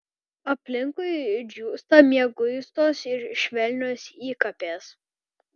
aplinkui džiūsta mieguistos ir švelnios įkapės